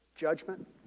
judgment